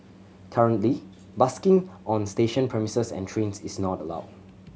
currently busking on station premises and trains is not allowed